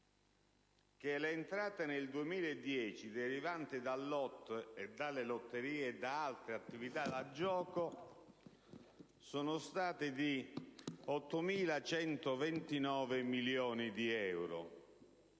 che le entrate nel 2010 derivanti dal lotto, dalle lotterie e da altre attività da gioco sono state di 8.129 milioni di euro